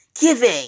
Giving